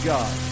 God